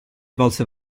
volse